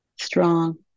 strong